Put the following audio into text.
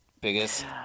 Biggest